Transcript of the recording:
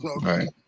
right